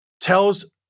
tells